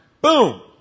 Boom